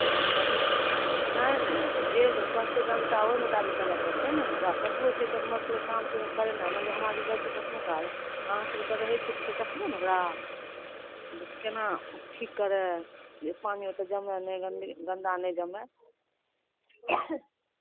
नहि नहि तऽ जे कहतै जनता ओहि मोताबिक चलय पड़तै ने ओकरा कतबो छै तऽ हमर सभके काम छै ओकरा करेनाइ मानि लिअ हमरा सभके जाइ छियै कखनो काल अहाँसभ ओतय रहै छियै तऽ फेर देखबै ने ओकरा जे केना ठीक करय जे पानि ओतय जमय नहि गन्दी गन्दा नहि जमय